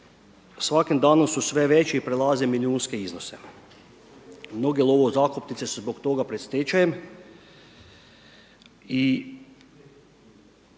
svakim danom su sve veće i prelaze milijunske iznose. Mnoge lovo zakupnice su zbog toga pred stečajem i